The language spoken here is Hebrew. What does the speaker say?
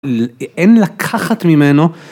אין לקחת ממנו.